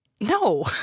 No